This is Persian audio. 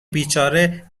بیچاره